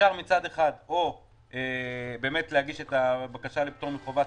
מצד אחד אפשר להגיש את הבקשה לפטור מחובת